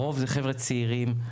הרוב זה חבר'ה צעירים,